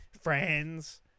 friends